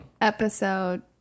Episode